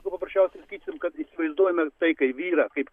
nu paprasčiausiai sakysim kad įsivaizduojame tai kai vyrą kaip